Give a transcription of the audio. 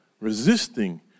resisting